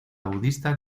budista